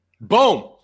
Boom